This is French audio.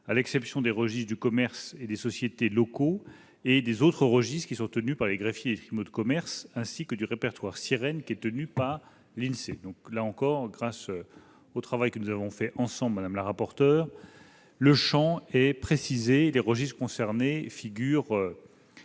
à l'exception des registres du commerce et des sociétés locaux et des autres registres qui sont tenus par les greffiers des tribunaux de commerce, ainsi que du répertoire SIRENE, tenu par l'INSEE. Je le redis, grâce au travail que nous avons fait ensemble, madame la rapporteur, le champ est précisé et les registres concernés figurent